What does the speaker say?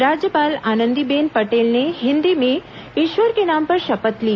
राज्यपाल आनंदीबेन पटेल ने हिंदी में ईश्वर के नाम पर शपथ ली